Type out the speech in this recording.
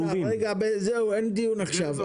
אין דיון עכשיו.